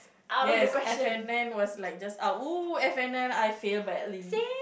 yes F and N was like just out !wow! F and N I failed badly